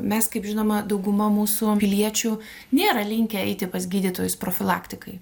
mes kaip žinoma dauguma mūsų piliečių nėra linkę eiti pas gydytojus profilaktikai